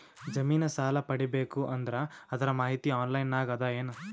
ಜಮಿನ ಸಾಲಾ ಪಡಿಬೇಕು ಅಂದ್ರ ಅದರ ಮಾಹಿತಿ ಆನ್ಲೈನ್ ನಾಗ ಅದ ಏನು?